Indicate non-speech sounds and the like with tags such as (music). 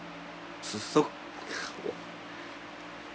s~ so (noise)